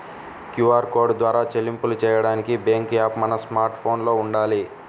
QR code ద్వారా చెల్లింపులు చెయ్యడానికి బ్యేంకు యాప్ మన స్మార్ట్ ఫోన్లో వుండాలి